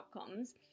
outcomes